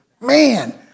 Man